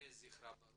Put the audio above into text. יהי זכרה ברוך.